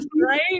Right